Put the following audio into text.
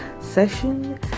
session